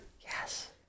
Yes